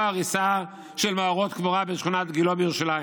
הריסה של מערות קבורה בשכונת גילה בירושלים.